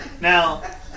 Now